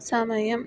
സമയം